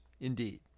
indeed